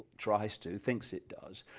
tries to thinks it does,